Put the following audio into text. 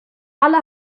alle